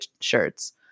shirts